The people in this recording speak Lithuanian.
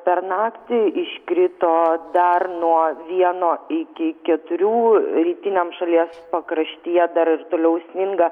per naktį iškrito dar nuo vieno iki keturių rytiniam šalies pakraštyje dar ir toliau sninga